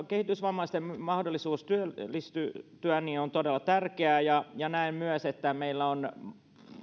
kehitysvammaisten mahdollisuus työllistyä on todella tärkeä ja näen myös että